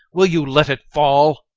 will you let it fall?